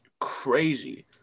crazy